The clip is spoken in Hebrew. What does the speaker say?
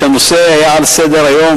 כשהנושא היה על סדר-היום,